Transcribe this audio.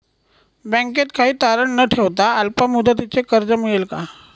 बँकेत काही तारण न ठेवता अल्प मुदतीचे कर्ज मिळेल का?